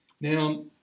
Now